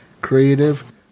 creative